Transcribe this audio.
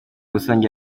rusange